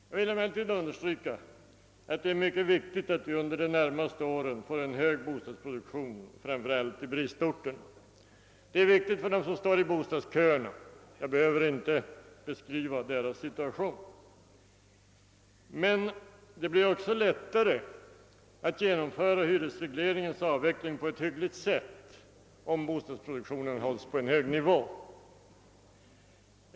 Jag vill emellertid understryka att det är mycket viktigt att vi under det närmaste året får en hög bostadsproduktion, framför allt i bristorterna. Det är viktigt för dem som står i bostadsköerna — jag behöver inte beskriva deras sitution. Men det blir också lättare att genomföra hyresregleringens avveckling på ett hyggligt sätt om bostadsproduktionen hålls på en hög nivå.